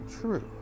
true